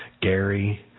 Gary